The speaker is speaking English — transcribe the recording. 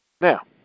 Now